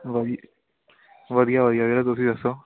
ਵਧੀ ਵਧੀਆ ਵਧੀਆ ਵੀਰੇ ਤੁਸੀਂ ਦੱਸੋ